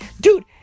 Dude